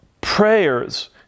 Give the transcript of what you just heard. prayers